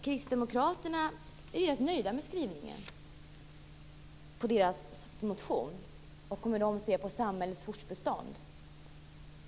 Kristdemokraterna är ganska nöjda med skrivningen om deras motion och om hur de ser på samhällets fortbestånd.